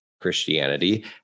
Christianity